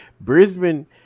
Brisbane